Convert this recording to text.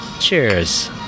cheers